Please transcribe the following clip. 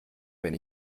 wenn